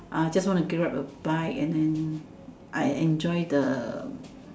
uh just want to give it a bite and then I enjoy the